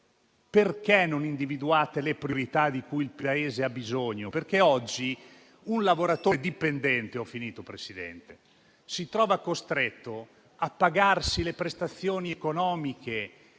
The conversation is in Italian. Perché non individuate le priorità di cui il Paese ha bisogno? Oggi un lavoratore dipendente è costretto a pagarsi le prestazioni sanitarie